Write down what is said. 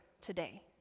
today